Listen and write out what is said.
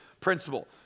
principle